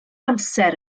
amser